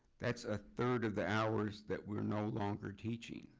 that's a third of the hours that we're no longer teaching.